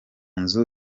nzu